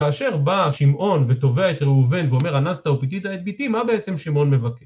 ‫כאשר בא שמעון ותובע את ראובן ‫ואומר אנסת ופיתית את ביתי, ‫מה בעצם שמעון מבקש?